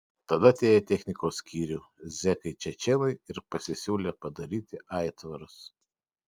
tada atėjo į technikos skyrių zekai čečėnai ir pasisiūlė padaryti aitvarus